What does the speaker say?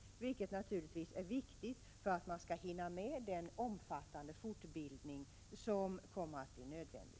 Detta är naturligtvis viktigt för att man skall hinna med den omfattande fortbildning som kommer att bli nödvändig.